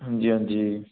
ਹਾਂਜੀ ਹਾਂਜੀ